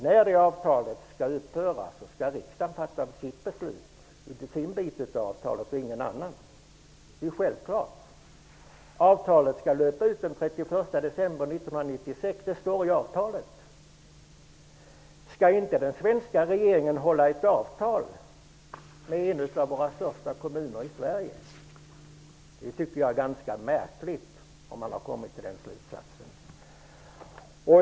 När det avtalet går ut skall riksdagen självfallet fatta beslut beträffande sin del av avtalet. Det löper ut den 31 december 1996. Skall den svenska regeringen inte hålla ett avtal som den ingått med en av de största kommunerna i Sverige? Jag tycker att det är ganska märkligt om man har kommit fram till den slutsatsen.